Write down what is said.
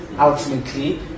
Ultimately